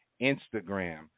Instagram